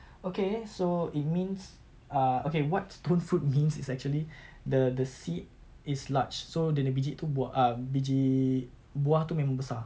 okay so it means ah okay what stone fruit means is actually the the seed is large so dia punya biji err biji buah dia itu memang besar